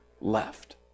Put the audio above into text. left